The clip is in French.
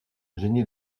jenny